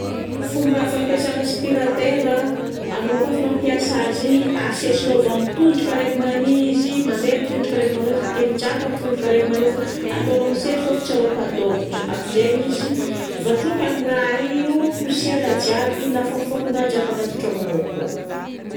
Fomba fampiasagna aspiratera, anao koafa mampiasa azy igny asesinao avy amin'ny tondroka raiky mani izy mandeha amin'ny tondroka raiky manô avake mitraka amin'ny tondroka raiky manô fô. Ataonao misesy f'afa tsy alopadôvitra. Aminjegny izy voatrokan'i raha io poussière jiaby na fakofakon-draha jiaby agnaty tragnonao akao.